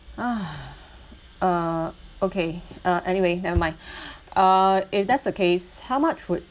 !hais! uh okay uh anyway nevermind uh if that's the case how much would